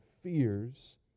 fears